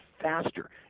faster